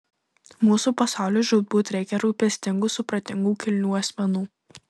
mūsų pasauliui žūtbūt reikia rūpestingų supratingų kilnių asmenų